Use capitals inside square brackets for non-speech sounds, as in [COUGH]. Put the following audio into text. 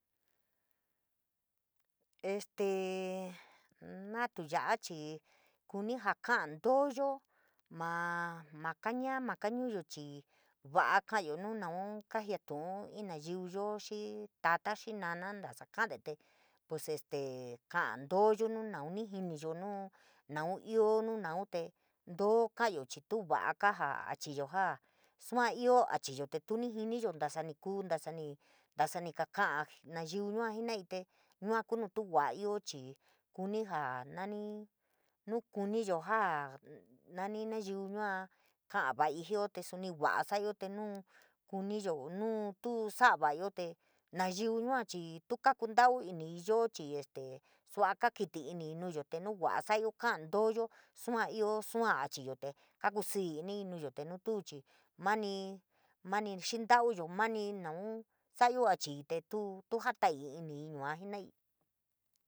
Este na tu ya’a chii kuni jaa ntooyo mao ma kaá ñáá, ma ka’a ñuuyo chii va’a kaayo nu naun kajiatu’un inn nayiu yo xii tata, xii nana ntosa ka’ade te pues este kaá ntooyo nu naun ni jiniyo nu nau ioo nu naun, te ntoo ka’ayo chii tu kaa jaa a chiyo jaa sua ioo a chiyo, te tuu ni jiniyo ntasa ni kuu ntasa ni ka’a nayiu yua jinaii te, yua kuu nu tu va’aioo chii kuni ja ioo chii kuni ja nani nu kuniyo jaa, [HESITATION] noni nayiu yua ka’a vaii jioo te subi va’a sa’ayo te, nu kuniyo nu tu sa’a va’ayo te nayiu yua chii tu kakuntau inii yoo chii, este sua’a ka kítí iniii nuuyo, te nu tuu chii mani, mani xintauyo mani naun saayo a chii te tuu jata’a iniii yua jenaii.